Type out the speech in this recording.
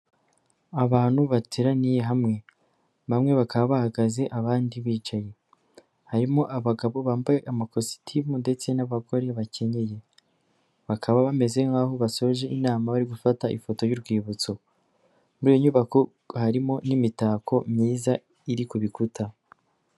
Abantu bateraniye hamwe bamwe bakaba bahagaze abandi bicaye. Harimo abagabo bambaye amakositimu ndetse n'abagore bakenyeye. Bakaba bameze nkaho basoje inama bari gufata ifoto y'urwibutso. Muri iyo nyubako harimo n'imitako myiza iri ku bikuta.